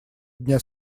дня